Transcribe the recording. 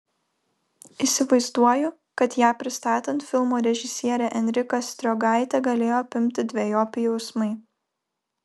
įsivaizduoju kad ją pristatant filmo režisierę enriką striogaitę galėjo apimti dvejopi jausmai